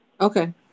Okay